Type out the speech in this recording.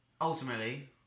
ultimately